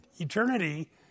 eternity